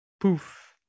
poof